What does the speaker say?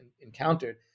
encountered